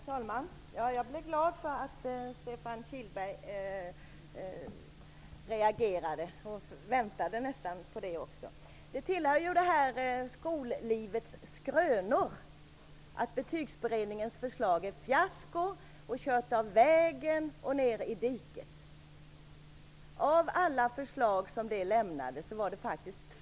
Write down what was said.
Herr talman! Jag blev glad över att Stefan Kihlberg reagerade. Jag väntade nästan på det. Det tillhör skollivets skrönor att Betygsberedningens förslag är ett fiasko och att utredningen har kört av vägen och ned i diket.